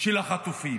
של החטופים.